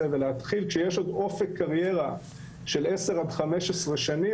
ולהתחיל כשיש עוד אופק קריירה של 10 עד 15 שנים,